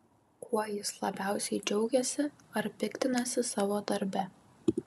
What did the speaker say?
kuo jis labiausiai džiaugiasi ar piktinasi savo darbe